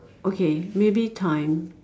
okay maybe time